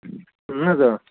اَہن حظ اۭں